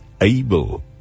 able